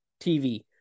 TV